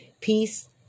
Peace